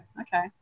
okay